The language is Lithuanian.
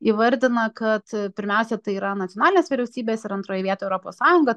įvardina kad pirmiausia tai yra nacionalinės vyriausybės ir antroj vietoj europos sąjunga